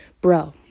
bro